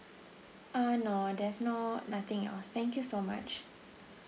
uh no there's no nothing else thank you so much